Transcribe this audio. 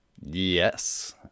yes